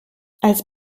als